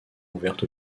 ouverte